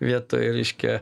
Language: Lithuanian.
vietoj reiškia